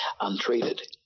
untreated